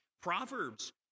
Proverbs